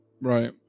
Right